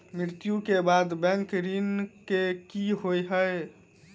मृत्यु कऽ बाद बैंक ऋण कऽ की होइ है?